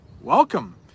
Welcome